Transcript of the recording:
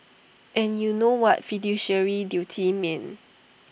and you know what fiduciary duties mean